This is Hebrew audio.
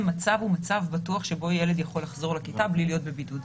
מצב הוא בטוח שבו ילד יכול לחזור לכיתה בלי להיות בבידוד.